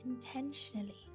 intentionally